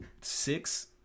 six